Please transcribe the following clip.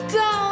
go